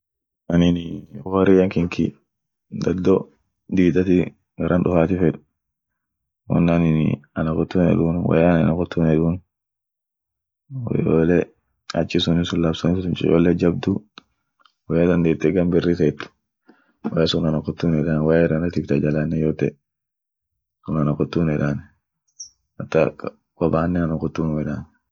Aninii wo harriyan kinki daddo diidati garan dufaati fed, won aninii ana kotuun hedun woya ana kotuun hedun, woyole achi suni sun laf suni sun chocholle, jajabdu, woya dandetee gan birri teet, woya sun ana kotuun hedan woya irranatif ta jalanen yoote, sun ana kotuun yedan, hata kobannen ana kotuun unum yedan.